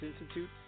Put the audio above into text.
Institute